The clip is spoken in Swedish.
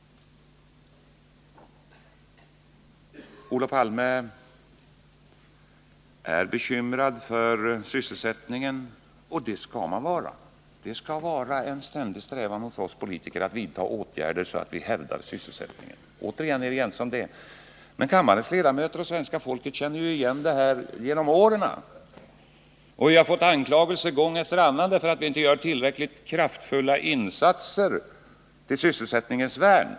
Olof Palme är bekymrad för sysselsättningen, och det skall man vara. Det skall vara en ständig strävan hos oss politiker att vidta åtgärder så att vi hävdar sysselsättningen. Vi är ense om det. Kammarens ledamöter och svenska folket känner ju till hur regeringen gång efter annan har anklagats för att inte göra tillräckligt kraftfulla insatser till sysselsättningens värn.